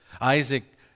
Isaac